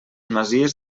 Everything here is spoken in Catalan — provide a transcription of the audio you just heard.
masies